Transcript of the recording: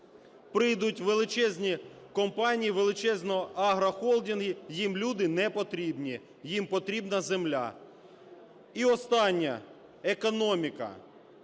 Прийдуть величезні компанії, величезні агрохолдинги – їм люди не потрібні, їм потрібна земля. І останнє – економіка.